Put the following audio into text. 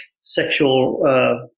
sexual